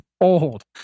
old